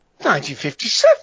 1957